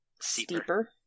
steeper